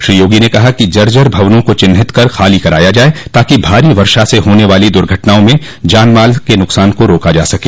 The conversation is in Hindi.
श्री योगी ने कहा है कि जर्जर भवनों को चिन्हित कर खाली कराया जाये ताकि भारी वर्षा से होने वाली दूर्घटनाओं में जानमाल के न्कसान को रोका जा सके